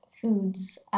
foods